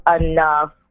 enough